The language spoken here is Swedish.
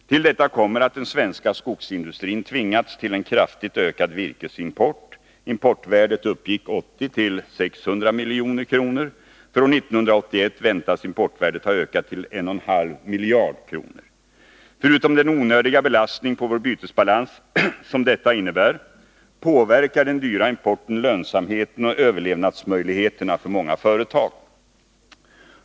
Till detta kommer att den svenska skogsindustrin tvingats till en kraftigt ökad virkesimport. Importvärdet uppgick 1980 till 600 milj.kr. För år 1981 väntas importvärdet ha ökat till 1,5 miljarder kronor. Förutom den onödiga belastning på vår bytesbalans som detta innebär, påverkar den dyra importen lönsamheten och överlevnadsmöjligheterna för många företag.